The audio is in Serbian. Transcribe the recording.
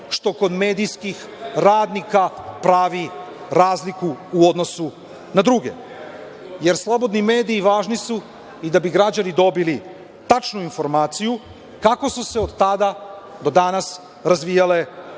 što kod medijskih radnika pravi razliku u odnosu na druge, jer slobodni mediji važni su i da bi građani dobili tačnu informaciju, kako su se od tada do danas razvijale